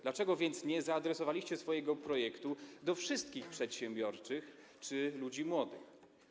Dlaczego więc nie zaadresowaliście swojego projektu do wszystkich przedsiębiorczych czy ludzi młodych?